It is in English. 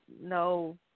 no